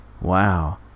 Wow